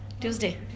Tuesday